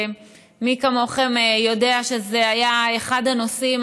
ומי כמוכם יודע שזה היה אחד הנושאים